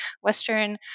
Western